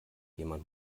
jemand